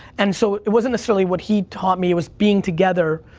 and so, it wasn't necessarily what he taught me, it was being together,